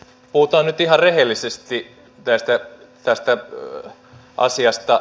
puhutaan nyt ihan rehellisesti tästä asiasta